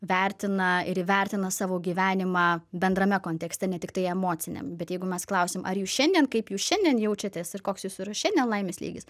vertina ir įvertina savo gyvenimą bendrame kontekste ne tiktai emociniam bet jeigu mes klausiam ar jūs šiandien kaip jūs šiandien jaučiatės ir koks jūsų yra šiandien laimės lygis